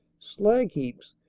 slag-heaps,